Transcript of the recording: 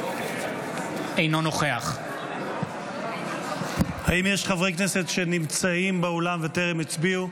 אינו נוכח האם יש חברי כנסת שנמצאים באולם וטרם הצביעו?